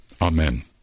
Amen